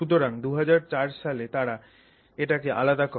সুতরাং 2004 সালে তারা এটাকে আলাদা করে